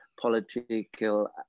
political